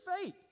faith